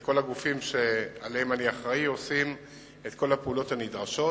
שכל הגופים שאני אחראי להם עושים את כל הפעולות הנדרשות,